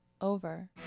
Over